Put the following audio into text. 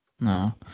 No